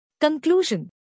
Conclusion